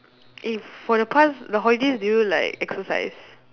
eh for the past the holidays do you like exercise